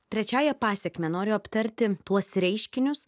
trečiąja pasekme noriu aptarti tuos reiškinius